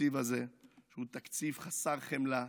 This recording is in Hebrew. בתקציב הזה, שהוא תקציב חסר חמלה,